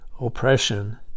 oppression